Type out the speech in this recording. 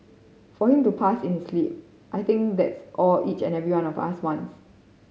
for him to pass in his sleep I think that's all each and every one of us wants